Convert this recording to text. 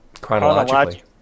chronologically